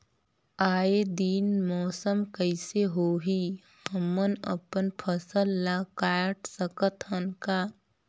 आय दिन मौसम कइसे होही, हमन अपन फसल ल काट सकत हन का?